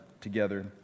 together